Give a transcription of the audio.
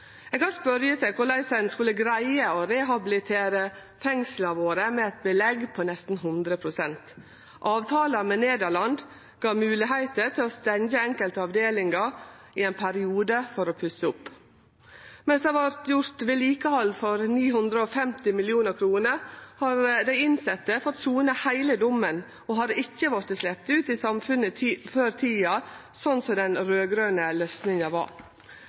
Ein kan spørje seg korleis ein skulle greie å rehabilitere fengsla våre med eit belegg på nesten 100 pst. Avtala med Nederland gav moglegheiter til å stengje enkelte avdelingar i ein periode for å pusse opp. Mens ein har gjort vedlikehald for 950 mill. kr, har dei innsette fått sone heile dommen og har ikkje sloppe ut i samfunnet før tida, slik den raud-grøne løysinga var.